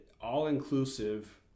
all-inclusive